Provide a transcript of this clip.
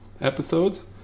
episodes